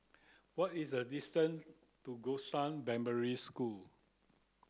what is the distance to Gongshang Primary School